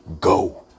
go